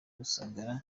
rusagara